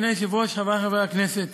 אדוני היושב-ראש, חברי חברי הכנסת,